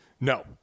no